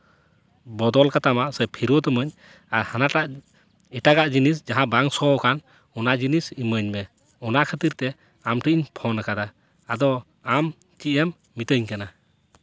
ᱵᱚᱫᱚᱞ ᱠᱟᱛᱟᱢᱟ ᱥᱮ ᱯᱷᱮᱨᱚᱛ ᱟᱹᱢᱟᱹᱧ ᱟᱨ ᱦᱟᱱᱟᱴᱟᱜ ᱮᱴᱟᱜᱟᱜ ᱡᱤᱱᱤᱥ ᱡᱟᱦᱟᱸ ᱵᱟᱝ ᱥᱚ ᱟᱠᱟᱱ ᱚᱱᱟ ᱡᱤᱱᱤᱥ ᱤᱢᱟᱹᱧ ᱢᱮ ᱚᱱᱟ ᱠᱷᱟᱹᱛᱤᱨ ᱛᱮ ᱟᱢ ᱴᱷᱮᱡ ᱤᱧ ᱯᱷᱳᱱ ᱟᱠᱟᱫᱟ ᱟᱫᱚ ᱟᱢ ᱪᱮᱫ ᱮᱢ ᱢᱤᱛᱟᱹᱧ ᱠᱟᱱᱟ